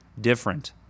different